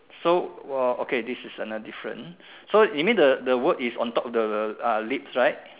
so !wah! okay this is another difference so you mean the the word is on top of the the the ah lips right